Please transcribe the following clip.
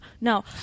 No